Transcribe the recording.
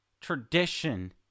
tradition